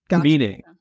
Meaning